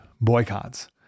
boycotts